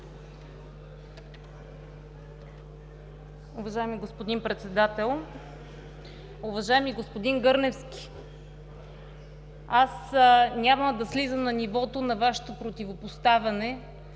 Уважаеми господин Председател! Уважаеми господин Гърневски, аз няма да слизам на нивото на Вашето противопоставяне,